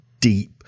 deep